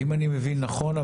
אם אני מבין נכון,